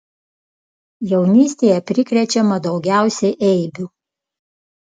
jaunystėje prikrečiama daugiausiai eibių